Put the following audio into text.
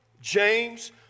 James